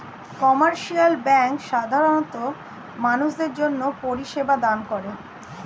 commercial bank সাধারণ মানুষদের জন্যে পরিষেবা দান করে